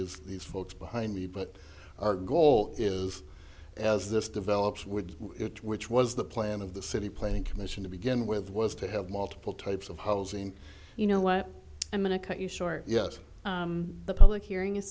is these folks behind me but our goal is as this develops with it which was the plan of the city planning commission to begin with was to have multiple types of housing you know what i'm going to cut you short yes the public hearing is